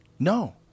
No